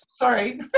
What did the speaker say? sorry